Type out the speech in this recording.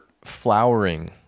flowering